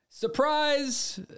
surprise